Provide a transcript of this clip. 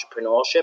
entrepreneurship